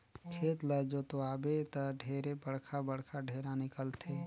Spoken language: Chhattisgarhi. खेत ल जोतवाबे त ढेरे बड़खा बड़खा ढ़ेला निकलथे